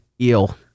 eel